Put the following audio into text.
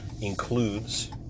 includes